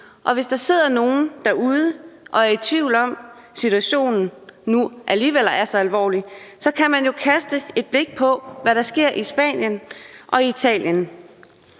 Og hvis der sidder nogen derude og er i tvivl om, om situationen nu alligevel er så alvorlig, kan man jo kaste et blik på, hvad der sker i Spanien og i Italien.